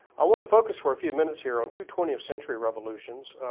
i want to focus for a few minutes here on two twentieth century revolutions